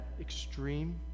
extreme